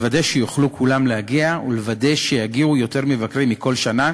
לוודא שיוכלו כולם להגיע ולוודא שיגיעו יותר מבקרים מבכל שנה,